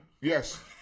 Yes